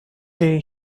day